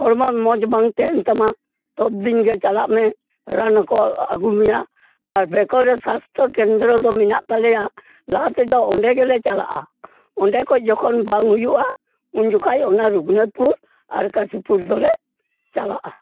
ᱦᱚᱲᱢᱚ ᱢᱚᱡᱽ ᱵᱟᱝ ᱛᱟᱦᱮᱱ ᱛᱟᱢᱟ ᱛᱚᱛᱫᱤᱱ ᱜᱮ ᱪᱟᱞᱟᱜ ᱢᱮ ᱨᱟᱱ ᱦᱚᱸᱠᱚ ᱟᱹᱜᱩᱢᱮᱭᱟ ᱟᱨ ᱵᱮᱠᱚ ᱨᱮ ᱥᱟᱥᱛᱚ ᱠᱮᱱᱫᱨᱚ ᱫᱚ ᱢᱮᱱᱟᱜ ᱛᱟᱞᱮᱭᱟ ᱞᱟᱦᱟ ᱛᱮᱫᱚ ᱚᱸᱰᱮᱜᱮᱞᱮ ᱪᱟᱞᱟᱜᱼᱟ ᱚᱸᱰᱮ ᱠᱷᱚᱡ ᱡᱚᱠᱷᱚᱱ ᱵᱟᱝ ᱦᱩᱭᱩᱜᱼᱟ ᱩᱱᱡᱚᱠᱷᱟᱡ ᱚᱱᱟ ᱨᱟᱹᱜᱷᱩᱱᱟᱛᱷᱯᱩᱨ ᱟᱨ ᱠᱟᱥᱤᱯᱩᱨ ᱫᱚᱞᱮ ᱪᱟᱞᱟᱜᱼᱟ